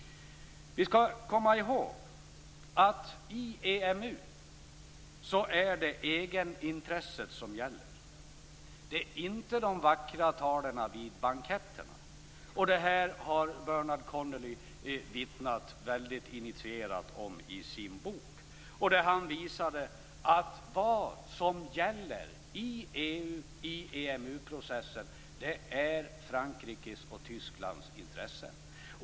Vi skall komma ihåg att i EMU är det egenintresset som gäller, inte de vackra talen vid banketterna. Detta har Bernard Conolly väldigt initierat vittnat om i sin bok, där han visar att vad som gäller i EMU processen är Frankrikes och Tysklands intressen.